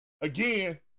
Again